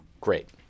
great